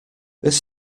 this